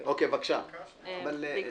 מי?